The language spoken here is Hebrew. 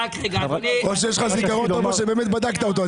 או שיש לך זיכרון טוב או שבאמת בדקת אותו.